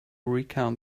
recount